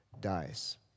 dies